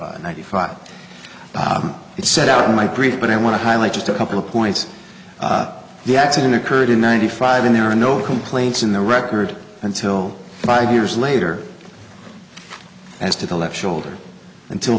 of ninety five it's set out in my grief but i want to highlight just a couple of points the accident occurred in ninety five and there are no complaints in the record until five years later as to the left shoulder until